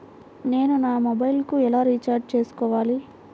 నేను నా మొబైల్కు ఎలా రీఛార్జ్ చేసుకోవాలి?